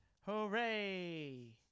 Hooray